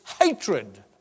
hatred